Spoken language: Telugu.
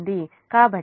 కాబట్టి ఇది j0